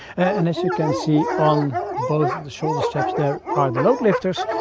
and as you can see on both the shoulder straps, there are the load lifters,